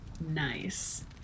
nice